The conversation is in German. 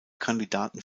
kandidaten